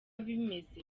bimeze